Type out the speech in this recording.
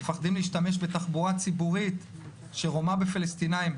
מפחדים להשתמש בתחבורה הציבורית שהומה בפלסטינים,